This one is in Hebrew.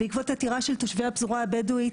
ובעקבות עתירה של תושבי הפזורה הבדואית,